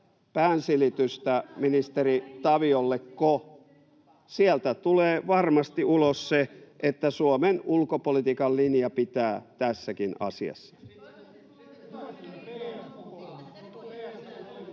Toivomme johtajuutta!] Sieltä tulee varmasti ulos se, että Suomen ulkopolitiikan linja pitää tässäkin asiassa.